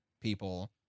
people